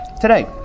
today